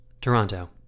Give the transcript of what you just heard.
Toronto